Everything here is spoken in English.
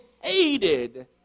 hated